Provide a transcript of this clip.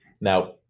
Now